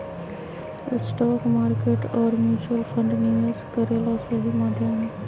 stock market और mutual fund निवेश करे ला सही माध्यम हई